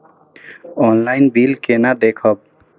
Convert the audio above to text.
Online bill केना देखब?